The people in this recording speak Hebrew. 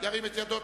ירים את ידו.